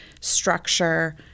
structure